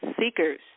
seekers